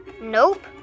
Nope